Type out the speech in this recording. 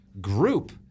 Group